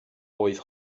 oedd